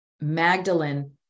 Magdalene